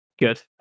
Good